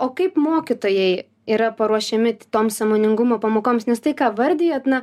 o kaip mokytojai yra paruošiami tom sąmoningumo pamokoms nes tai ką vardijat na